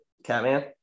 Catman